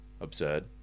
absurd